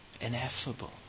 Ineffable